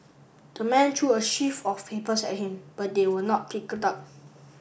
the man threw a sheaf of papers at him but they were not picked up